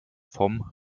vom